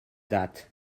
that